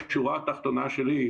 השורה התחתונה שלי,